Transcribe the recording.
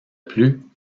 plus